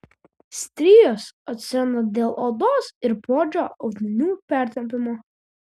strijos atsiranda dėl odos ir poodžio audinių pertempimo